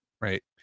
right